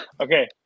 okay